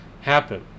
happen